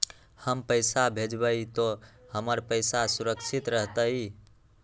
हम पैसा भेजबई तो हमर पैसा सुरक्षित रहतई?